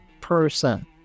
person